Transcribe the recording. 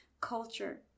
culture